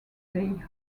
stay